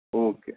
okay